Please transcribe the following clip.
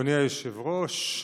אדוני היושב-ראש,